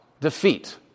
defeat